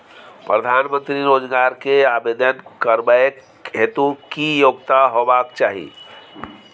प्रधानमंत्री रोजगार के आवेदन करबैक हेतु की योग्यता होबाक चाही?